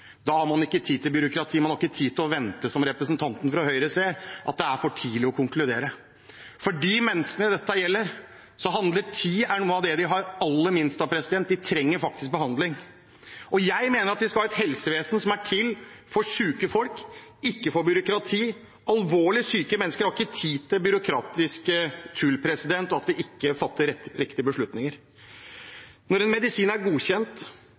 Da har man ikke tid til byråkrati, man har ikke tid til å vente. Representanten fra Høyre sier at det er for tidlig å konkludere. For de menneskene dette gjelder, er tid noe av det de har aller minst av. De trenger faktisk behandling. Jeg mener at vi skal ha et helsevesen som er til for syke folk, ikke for byråkrati. Alvorlig syke mennesker har ikke tid til byråkratisk tull og at vi ikke fatter riktige beslutninger. Når en medisin er godkjent